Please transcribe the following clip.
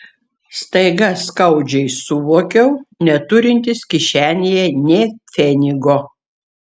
staiga skaudžiai suvokiau neturintis kišenėje nė pfenigo